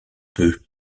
peu